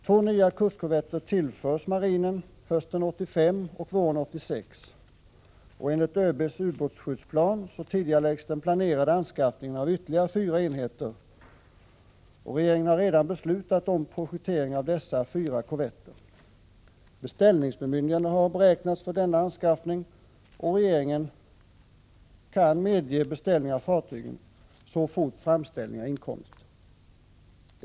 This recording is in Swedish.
Två nya kustkorvetter tillförs marinen hösten 1985 och våren 1986. Enligt ÖB:s ubåtsskyddsplan tidigareläggs den planerade anskaffningen av ytterligare fyra enheter, och regeringen har redan beslutat om projektering av dessa fyra korvetter. Beställningsbemyndigande har beräknats för denna anskaffning och regeringen kan medge beställning av fartygen så fort framställning har inkommit.